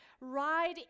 Ride